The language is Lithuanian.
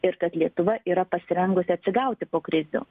ir kad lietuva yra pasirengusi atsigauti po krizių